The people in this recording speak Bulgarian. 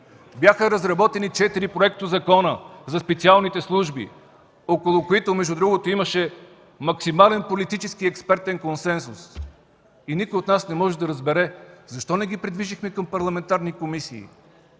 Бяха разработени и четири проектозакона за специалните служби, около които имаше максимален политически и експертен консенсус. Никой от нас не може да разбере защо не ги придвижихме към парламентарни комисии.